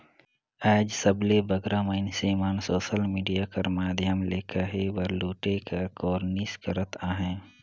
आएज सबले बगरा मइनसे मन सोसल मिडिया कर माध्यम ले कहे बर लूटे कर कोरनिस करत अहें